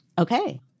Okay